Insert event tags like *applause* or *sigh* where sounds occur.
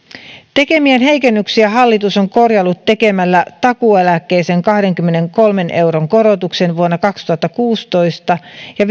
tekemiään heikennyksiä hallitus on korjaillut tekemällä takuueläkkeeseen kahdenkymmenenkolmen euron korotuksen vuonna kaksituhattakuusitoista ja *unintelligible*